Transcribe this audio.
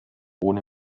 ohne